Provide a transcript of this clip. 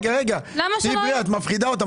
רגע, רגע, תהיי בריאה, את מפחידה אותם.